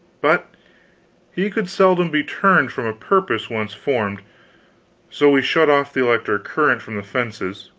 but he could seldom be turned from a purpose once formed so we shut off the electric current from the fences,